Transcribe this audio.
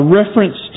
reference